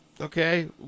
okay